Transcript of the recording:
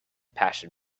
passion